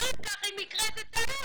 אחר כך אם תהיה טעות,